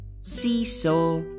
Seesaw